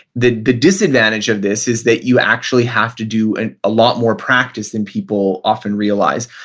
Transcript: the the disadvantage of this is that you actually have to do and a lot more practice than people often realize.